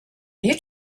you